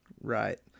Right